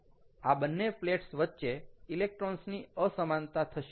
આ બંને પ્લેટ્સ વચ્ચે ઇલેક્ટ્રોન્સની અસમાનતા થશે